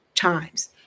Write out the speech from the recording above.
Times